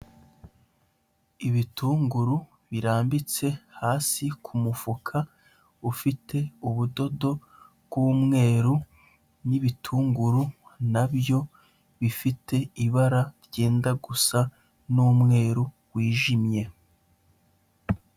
Ibitunguru birambitse hasi ku mufuka ufite ubudodo bw'umweru, n'ibitunguru na byo bifite ibara ryenda gusa n'umweru wijimye.